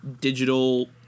digital